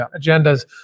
agendas